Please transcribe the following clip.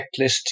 checklist